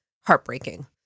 heartbreaking